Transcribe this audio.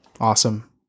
awesome